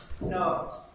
No